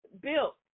built